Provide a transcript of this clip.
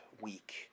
week